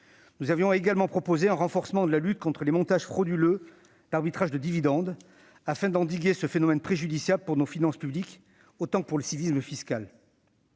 Nous avions également proposé un renforcement de la lutte contre les montages frauduleux d'arbitrage de dividendes, afin d'endiguer ce phénomène préjudiciable pour nos finances publiques autant que pour le civisme fiscal.